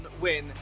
win